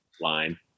line